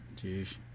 Jeez